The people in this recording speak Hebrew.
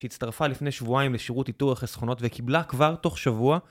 שהצטרפה לפני שבועיים לשירות איתור החסכונות וקיבלה כבר תוך שבוע